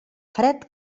fred